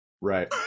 Right